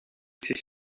ses